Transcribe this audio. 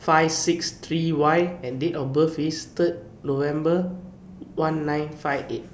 five six three Y and Date of birth IS Third November one nine five eight